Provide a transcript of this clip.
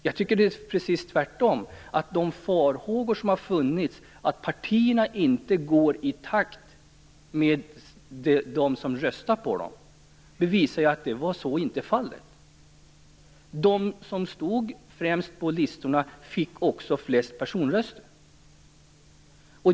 Jag tycker att det är precis tvärtom: De farhågor som har funnits om att partierna inte går i takt med dem som röstar på dem har bevisats vara ogrundade, eftersom de som stod främst på listorna också fick flest personröster.